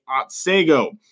Otsego